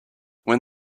when